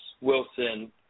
Wilson